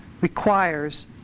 requires